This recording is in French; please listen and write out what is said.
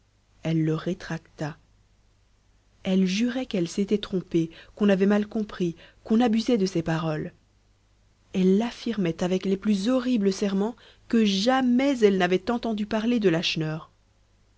elle le rétracta elle jurait qu'elle s'était trompée qu'on avait mal compris qu'on abusait de ses paroles elle affirmait avec les plus horribles serments que jamais elle n'avait entendu parler de